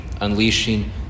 unleashing